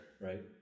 Right